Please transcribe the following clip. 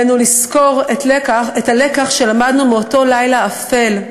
עלינו לזכור את הלקח שלמדנו מאותו לילה אפל,